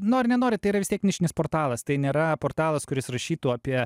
nori nenori tai yra vis tiek nišinis portalas tai nėra portalas kuris rašytų apie